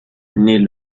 naît